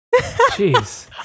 Jeez